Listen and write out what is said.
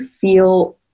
feel